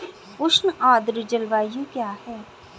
उष्ण आर्द्र जलवायु क्या है?